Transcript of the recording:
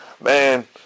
man